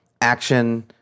Action